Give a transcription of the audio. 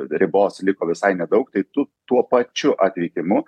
ribos liko visai nedaug tai tu tuo pačiu atvykimu